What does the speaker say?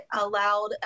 allowed